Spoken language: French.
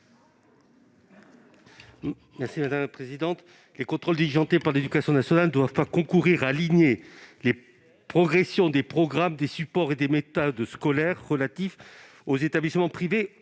M. Max Brisson. Les contrôles diligentés par l'éducation nationale ne doivent pas concourir à aligner les progressions, les programmes, les supports et les méthodes scolaires des établissements privés